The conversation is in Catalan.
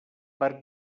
per